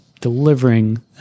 delivering